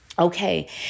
Okay